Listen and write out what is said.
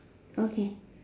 okay